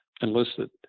enlisted